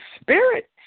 spirit